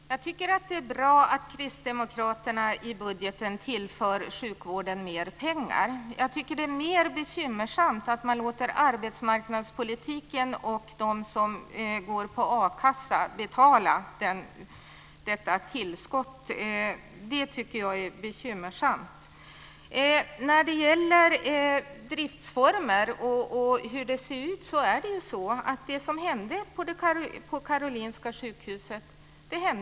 Fru talman! Jag tycker att det är bra att Kristdemokraterna vill tillföra sjukvården mer pengar i sin budget. Jag tycker att det är mer bekymmersamt att man låter arbetsmarknadspolitiken och de som har akassa betala detta tillskott. Sedan gäller det driftsformer och hur det ser ut. Det som hände på Karolinska sjukhuset hände ju.